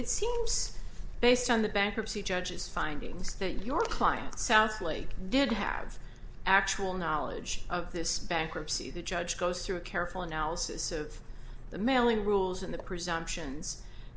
it seems based on the bankruptcy judges findings that your client southlake did have actual knowledge of this bankruptcy the judge goes through a careful analysis of the mailing rules and the presumptions